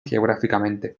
geográficamente